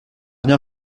rien